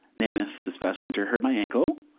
mammoth this past winter. hurt my ankle.